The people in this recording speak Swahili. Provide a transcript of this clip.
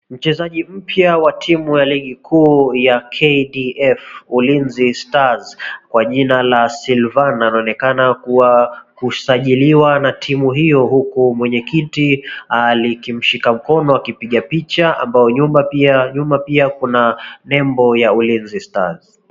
Mchezaji mpya wa timu ya ligi kuu ya kdf Ulinzi Stars kwa jina la Silvana anaonekana kusajiliwa na timu hiyo huku mwenyekiti akimshika mkono wakipiga picha, ambao nyuma pia kuna nembo ya Ulinzi Stars.